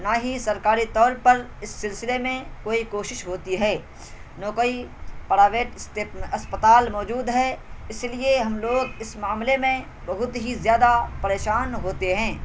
نہ ہی سرکاری طور پر اس سلسلے میں کوئی کوشش ہوتی ہے نہ کوئی پرائیویٹ اسپتال موجود ہے اس لیے ہم لوگ اس معاملے میں بہت ہی زیادہ پریشان ہوتے ہیں